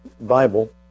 Bible